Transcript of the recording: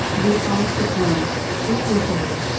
we all succumb, too easily,